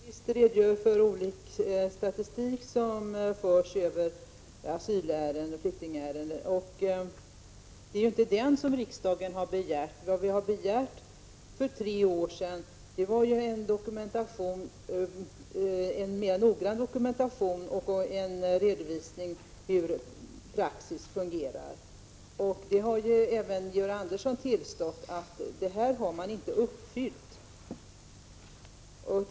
Fru talman! Wivi-Anne Cederqvist redogjorde för den statistik som förs över asylärenden och flyktingärenden, men det är ju inte den som riksdagen har begärt. Vad vi begärde för tre år sedan var en mera noggrann dokumentation och redovisning av hur praxis fungerar. Även Georg Andersson har tillstått att man inte har uppfyllt detta kvar.